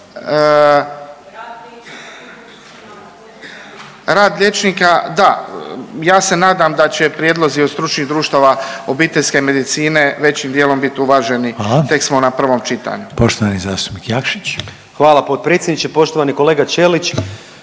rad liječnika da. Ja se nadam da će prijedlozi od stručnih društava obiteljske medicine većim dijelom biti uvaženi. Tek smo na prvom čitanju. **Reiner, Željko (HDZ)** Poštovani zastupnik Jakšić. **Jakšić, Mišel (SDP)** Hvala potpredsjedniče. Poštovani kolega Ćelić